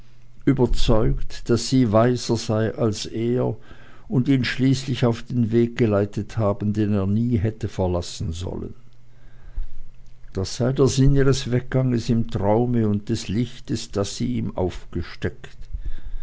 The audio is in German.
überzeugt daß sie weiser sei als er und ihn schließlich auf den weg geleitet habe den er nie hätte verlassen sollen das sei der sinn ihres wegganges im traume und des lichtes das sie ihm aufgesteckt